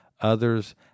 Others